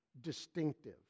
distinctive